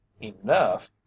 enough